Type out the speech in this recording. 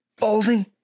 balding